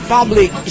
Public